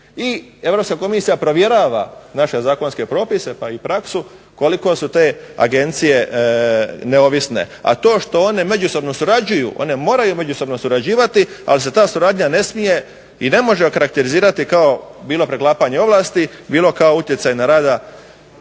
i Europska komisija provjerava naše zakonske propise pa i praksu koliko su te agencije neovisne. A to što one međusobno surađuju, one moraju međusobno surađivati, ali se ta suradnja ne smije i ne može okarakterizirati kao bilo preklapanje ovlasti, bilo kao utjecaj,